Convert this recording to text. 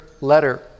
letter